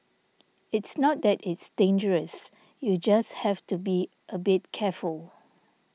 it's not that it's dangerous you just have to be a bit careful